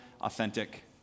authentic